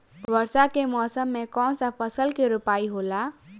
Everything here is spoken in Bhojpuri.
वर्षा के मौसम में कौन सा फसल के रोपाई होला?